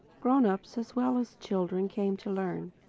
grown-ups as well as children came to learn.